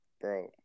Bro